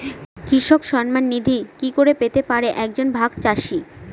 কৃষক সন্মান নিধি কি করে পেতে পারে এক জন ভাগ চাষি?